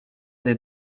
des